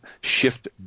shift